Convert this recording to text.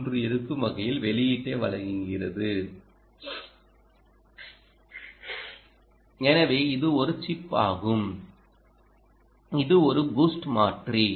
3 இருக்கும் வகையில் வெளியீட்டை வழங்குகிறது எனவே இது ஒரு சிப் ஆகும் இது ஒரு பூஸ்ட் மாற்றி